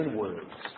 words